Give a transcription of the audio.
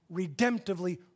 redemptively